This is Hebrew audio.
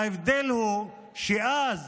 ההבדל הוא שאז